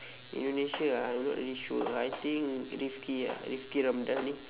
indonesia ah I'm not really sure but I think rifqi ah rifqi ramdani